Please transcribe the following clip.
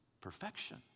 perfection